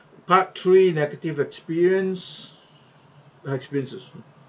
part three negative experience experiences